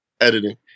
editing